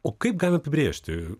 o kaip galim apibrėžti